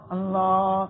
Allah